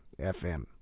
FM